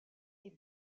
est